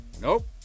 nope